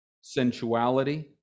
sensuality